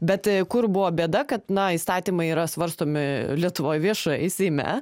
bet kur buvo bėda kad na įstatymai yra svarstomi lietuvoj viešai seime